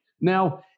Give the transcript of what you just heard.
Now